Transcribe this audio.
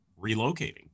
relocating